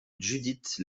judith